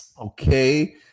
okay